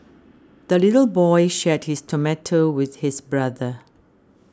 the little boy shared his tomato with his brother